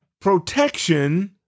protection